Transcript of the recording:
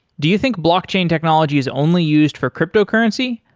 do you think blockchain technology is only used for cryptocurrency?